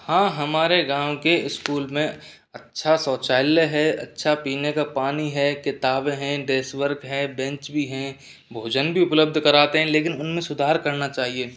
हाँ हमारे गाँव के स्कूल में अच्छा शौचालय है अच्छा पीने का पानी है किताबें हैं डेस वर्क है बेंच भी है भोजन भी उपलब्ध कराते है लेकिन उनमें सुधार करना चाहिए